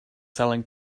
selling